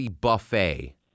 buffet